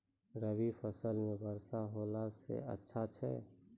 रवी फसल म वर्षा होला से अच्छा छै?